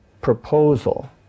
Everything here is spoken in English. proposal